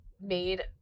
made